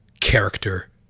character